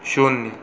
शून्य